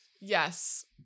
Yes